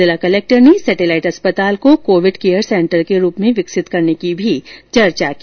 जिला कलेक्टर ने सेटेलाइट अस्पताल को कोविड केयर से ंटर के रूप में विकसित करने पर भी चर्चा की